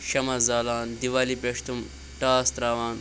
شَمَع زالان دیوالی پٮ۪ٹھ چھِ تِم ٹاس ترٛاوان